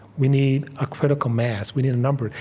we need a critical mass. we need a number.